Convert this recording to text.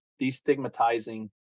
destigmatizing